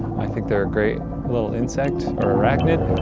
i think they're a great little insect or arachnid,